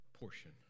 portion